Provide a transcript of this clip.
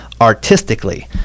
artistically